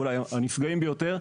אולי הנפגעים ביותר.